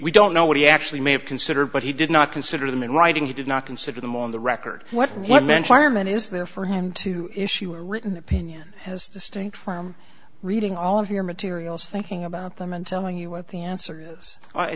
we don't know what he actually may have considered but he did not consider them in writing he did not consider them on the record when then chairman is there for him to issue a written opinion has distinct from reading all of your materials thinking about them and telling you what the answer is i